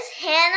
Hannah